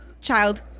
child